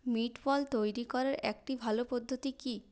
meatball তৈরি করার একটি ভালো পদ্ধতি কী